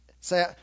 say